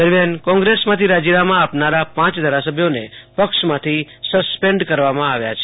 દરમિયાન કોંગ્રેસમાંથી રાજીનામાં આપનારા પાંચ ધારાસભ્યોને પક્ષમાંથી સસ્પેન્ડ કર વા માં આવ્યા છે